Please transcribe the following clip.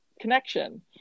connection